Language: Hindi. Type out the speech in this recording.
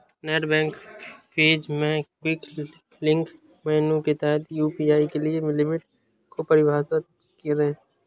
नेट बैंक पेज में क्विक लिंक्स मेनू के तहत यू.पी.आई के लिए लिमिट को परिभाषित करें